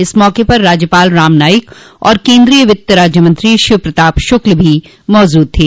इस मौक पर राज्यपाल राम नाईक और केन्द्रीय वित्त राज्यमंत्री शिव प्रताप शुक्ल भी मौजूद थे